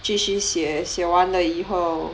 继续写写完了以后